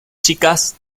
chicas